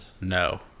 no